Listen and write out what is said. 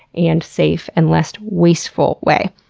and safe, and less-wasteful way.